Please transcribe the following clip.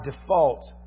default